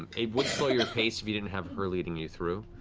it would slow your pace if you didn't have her leading you through.